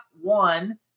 one